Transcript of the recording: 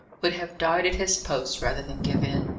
would have died at his post rather than give in.